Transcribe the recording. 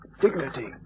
dignity